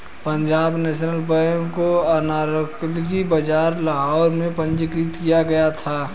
Punjab national bank को अनारकली बाजार लाहौर में पंजीकृत किया गया था